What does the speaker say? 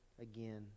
again